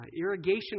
irrigation